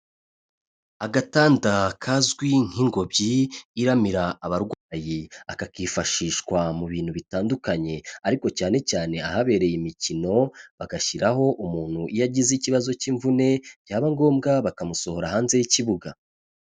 Agatanda kazwi nk'ingobyi iramira abarwayi, aka kifashishwa mu bintu bitandukanye ariko cyane cyane ahabereye imikino bagashyiraho umuntu iyo agize ikibazo cy'imvune byaba ngombwa bakamusohora hanze y'ikibuga.